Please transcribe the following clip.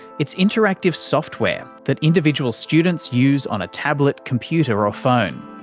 it's interactive software that individual students use on a tablet, computer or phone.